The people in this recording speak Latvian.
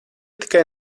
tikai